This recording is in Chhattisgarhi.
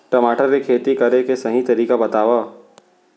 टमाटर की खेती करे के सही तरीका बतावा?